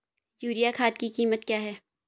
Urea खाद की कीमत क्या है?